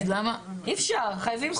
אי אפשר, חייבים חוק.